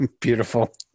Beautiful